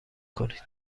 کنید